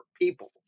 people